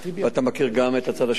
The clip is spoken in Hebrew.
ואתה מכיר גם את הצד השני,